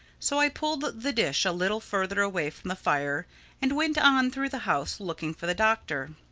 so i pulled the dish a little further away from the fire and went on through the house looking for the doctor.